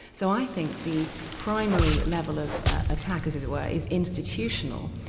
so i think the primary level of attack as it it were, is institutional.